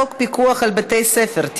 הצעת חוק הספורט (תיקון,